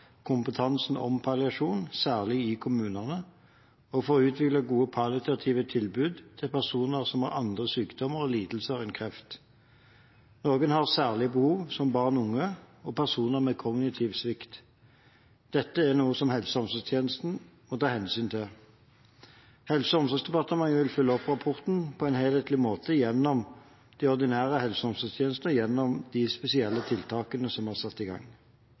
kompetansen om palliasjon, særlig i kommunene, og for å utvikle gode palliative tilbud til personer som har andre sykdommer og lidelser enn kreft. Noen har særlige behov, som barn og unge, og personer med kognitiv svikt. Dette er noe som helse- og omsorgstjenestene må ta hensyn til. Helse- og omsorgsdepartementet vil følge opp rapporten på en helhetlig måte gjennom de ordinære helse- og omsorgstjenestene og gjennom de spesielle tiltakene som er satt i gang.